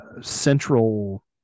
central